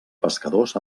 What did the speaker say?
pescadors